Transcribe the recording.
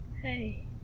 Hey